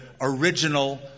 original